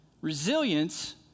Resilience